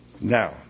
Now